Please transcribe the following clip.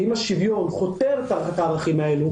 אם השוויון חותר תחת הערכים האלה,